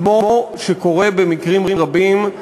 כמו שקורה במקרים רבים,